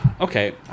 Okay